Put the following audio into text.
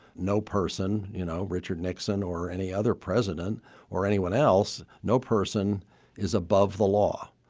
no person. you know, richard nixon or any other president or anyone else. no person is above the law